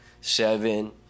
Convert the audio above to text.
seven